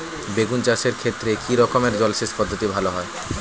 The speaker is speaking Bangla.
বেগুন চাষের ক্ষেত্রে কি রকমের জলসেচ পদ্ধতি ভালো হয়?